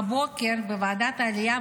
הבוקר בוועדת העלייה,